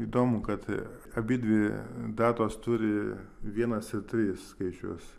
įdomu kad abidvi datos turi vienas ir trys skaičius